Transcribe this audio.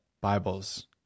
Bibles